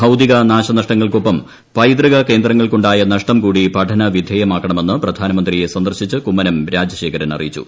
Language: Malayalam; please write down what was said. ഭൌതിക നാശനഷ്ടങ്ങൾക്കൊപ്പം പൈതൃക കേന്ദ്രങ്ങൾക്കുണ്ടായ നഷ്ടം കൂടി പഠന വിധേയമാക്കണമെന്ന് പ്രധാനമന്ത്രിയെ സന്ദർശിച്ച് കുമ്മനം രാജശേഖരൻ അറിയിച്ചു